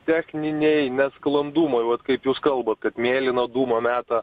techniniai nesklandumai vat kaip jūs kalbat kad mėlyną dūmą meta